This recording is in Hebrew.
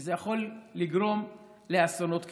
שזה יכול לגרום לאסונות כבדים.